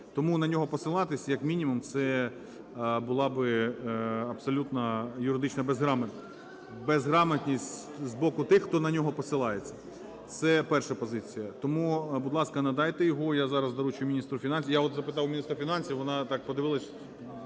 тому на нього посилатися, як мінімум, це була би абсолютно юридична безграмотність. Безграмотність з боку тих, хто на нього посилається. Це перша позиція. Тому, будь ласка, надайте його. Я зараз доручу міністру фінансів. Я от запитав міністра фінансів. Вона так подивилася